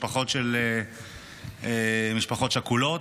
והיה חדר מלא במשפחות של חטופים ובמשפחות שכולות,